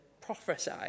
prophesy